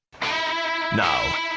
Now